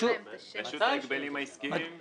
ההגבלים העסקיים.